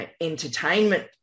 entertainment